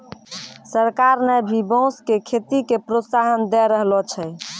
सरकार न भी बांस के खेती के प्रोत्साहन दै रहलो छै